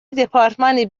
دپارتمانی